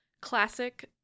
classic